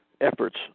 efforts